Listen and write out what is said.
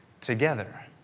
together